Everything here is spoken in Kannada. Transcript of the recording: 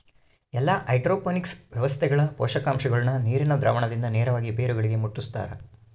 ಎಲ್ಲಾ ಹೈಡ್ರೋಪೋನಿಕ್ಸ್ ವ್ಯವಸ್ಥೆಗಳ ಪೋಷಕಾಂಶಗುಳ್ನ ನೀರಿನ ದ್ರಾವಣದಿಂದ ನೇರವಾಗಿ ಬೇರುಗಳಿಗೆ ಮುಟ್ಟುಸ್ತಾರ